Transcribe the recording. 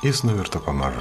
jis nuvirto pamažu